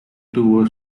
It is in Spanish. tuvo